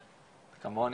כמוני,